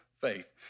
faith